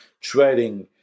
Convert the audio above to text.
trading